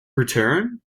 return